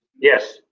Yes